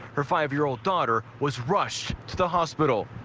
her five year old daughter was rushed to the hospital.